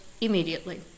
immediately